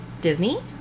Disney